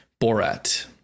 borat